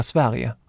Sverige